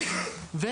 לא קשור לצוות,